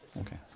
okay